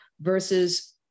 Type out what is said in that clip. versus